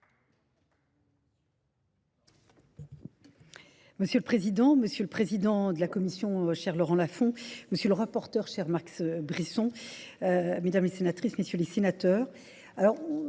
Monsieur le Président, Monsieur le Président de la Commission, cher Laurent Lafont, Monsieur le Rapporteur, cher Max Brisson, Mesdames les Sénatrices, Messieurs les Sénateurs,